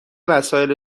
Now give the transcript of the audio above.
وسایل